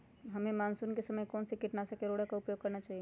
हमें मानसून के समय कौन से किटनाशक या उर्वरक का उपयोग करना चाहिए?